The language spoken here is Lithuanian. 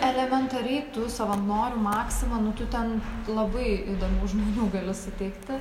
elementariai tu savanorių maxima nu tu ten labai įdomių žmonių gali sutikti